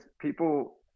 people